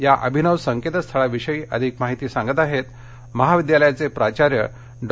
या अभिनव संकेतस्थळाविषयी अधिक माहिती सांगत आहेत महाविद्यालयाचे प्राचार्य डॉ